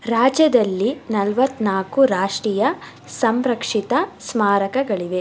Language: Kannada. ರಾಜ್ಯದಲ್ಲಿ ನಲ್ವತ್ತ್ನಾಲ್ಕು ರಾಷ್ಟ್ರೀಯ ಸಂರಕ್ಷಿತ ಸ್ಮಾರಕಗಳಿವೆ